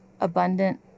abundant